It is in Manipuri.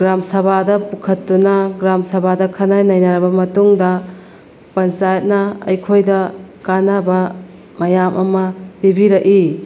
ꯒ꯭ꯔꯥꯝ ꯁꯥꯕꯗ ꯄꯨꯈꯠꯇꯨꯅ ꯒ꯭ꯔꯥꯝ ꯁꯥꯕꯗ ꯈꯟꯅ ꯅꯩꯅꯔꯕ ꯃꯇꯨꯡꯗ ꯄꯟꯆꯥꯌꯦꯠꯅ ꯑꯩꯈꯣꯏꯗ ꯀꯥꯟꯅꯕ ꯃꯌꯥꯝ ꯑꯃ ꯄꯤꯕꯤꯔꯛꯏ